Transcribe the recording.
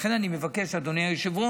לכן אני מבקש, אדוני היושב-ראש,